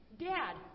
Dad